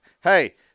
Hey